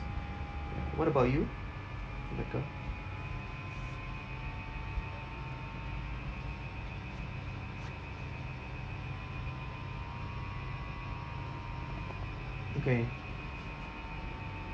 ya what about you rebecca okay